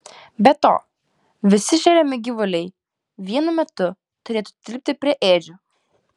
be to visi šeriami gyvuliai vienu metu turėtų tilpti prie ėdžių